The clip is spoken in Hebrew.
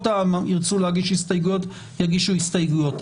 ירצו להגיש הסתייגויות, יגישו הסתייגויות.